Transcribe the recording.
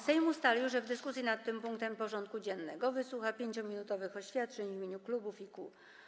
Sejm ustalił, że w dyskusji nad tym punktem porządku dziennego wysłucha 5-minutowych oświadczeń w imieniu klubów i kół.